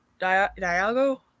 Diago